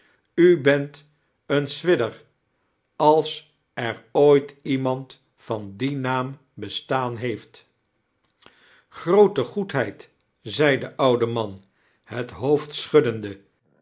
n t een swidgetr als er ooit iemand van dien naam bestaan heeft w giroote goedheid zei de oude man het hoofd schfuddende